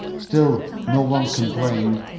still, no one complained,